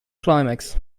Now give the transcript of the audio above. climax